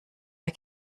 der